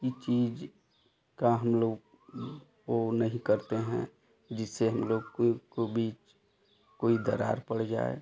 ई चीज़ का हम लोग ओ नहीं करते हैं जिससे हम लोग कोई को बीच कोई दरार पड़ जाए